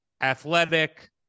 athletic